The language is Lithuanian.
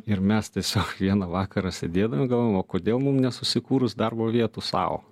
ir mes tiesiog vieną vakarą sėdėdami galvojam o kodėl mum nesusikūrus darbo vietų sau